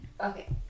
Okay